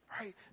right